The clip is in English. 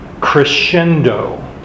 crescendo